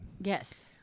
yes